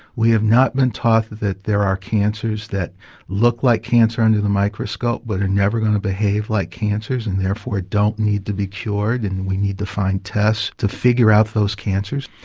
we have not been taught that there are cancers that look like cancer under the microscope but are never going to behave like cancers and therefore don't need to be cured and we need to find tests to figure out those cancers.